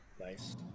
Nice